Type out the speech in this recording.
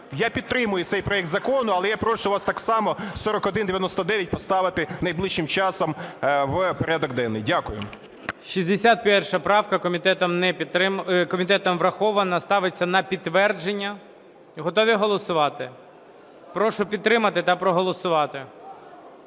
я підтримую цей проект закону, але я прошу вас так само 4199 поставити найближчим часом в порядок денний. Дякую.